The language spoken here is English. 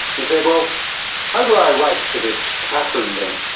he said, well how do i write to this katherine, then?